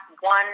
one